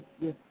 yes